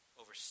over